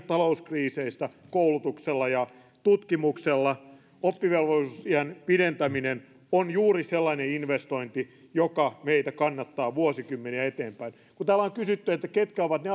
talouskriiseistä koulutuksella ja tutkimuksella oppivelvollisuusiän pidentäminen on juuri sellainen investointi joka meitä kannattaa vuosikymmeniä eteenpäin kun täällä on kysytty ketkä ovat ne